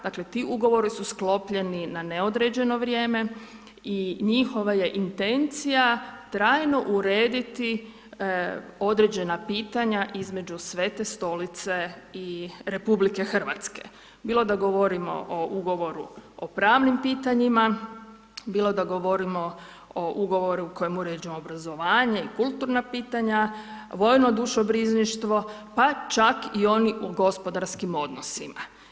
Dakle ti ugovori su sklopljeni na neodređeno vrijeme i njihova je intencija trajno urediti određena pitanja između Svete Stolice i RH bilo da govorimo o ugovoru o pravnim pitanjima, bilo da govorimo o ugovoru kojim uređujemo obrazovanje i kulturna pitanja, vojno dušobrižništvo pa čak i oni u gospodarskim odnosima.